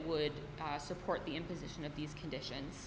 would support the imposition of these conditions